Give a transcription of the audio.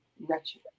Wretched